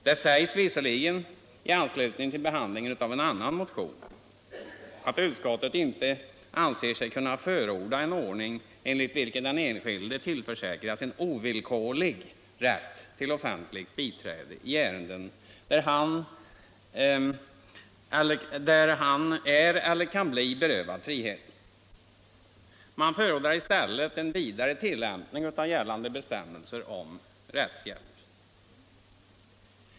Det sägs visserligen, i anslutning till behandlningen av en annan motion, att utskottet inte anser sig kunna förorda en ordning, enligt vilken den enskilde tillförsäkras en ovillkorlig rätt till offentligt biträde i ärenden där han är eller kan bli berövad friheten. Man förordar i stället en vidare tillämpning av gällande bestämmelser om rättshjälp.